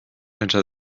hinter